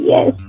Yes